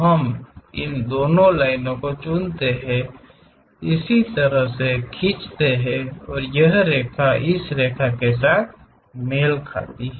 हम इन दो लाइनों को चुनते हैं इसे इस तरह से खींचते हैं और यह रेखा इस रेखा के साथ मेल खाती है